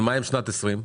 ומה עם שנת 20'?